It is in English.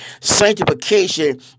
Sanctification